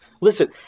listen